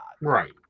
Right